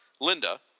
Linda